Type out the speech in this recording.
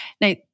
Now